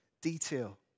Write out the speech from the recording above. Detail